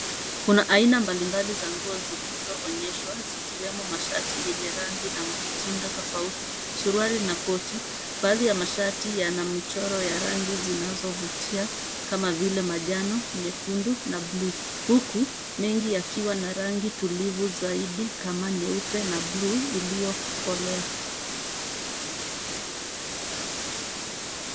Kuna aina mbalimbali za nguo zilizoonyeshwa zikiwemo mashati yenye rangi na mitindo tofauti, suruali na koti. Baadhi ya mashati yana michoro ya rangi zinazovutia kama vile manjano, nyekundu na bluu, huku, mengi yakiwa na rangi tulivu zaidi kama nyeupe na bluu iliyokolea.